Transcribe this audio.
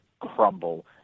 crumble